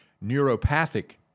neuropathic